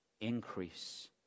increase